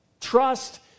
Trust